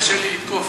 קשה לי לתקוף,